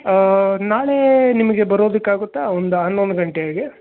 ನಾಳೆ ನಿಮಗೆ ಬರೋದಕ್ಕೆ ಆಗುತ್ತಾ ಒಂದು ಹನ್ನೊಂದು ಗಂಟೆ ಹಾಗೆ